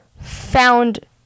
found